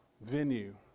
venue